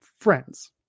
friends